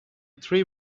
three